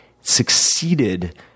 succeeded